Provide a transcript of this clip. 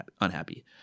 unhappy